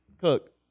Cook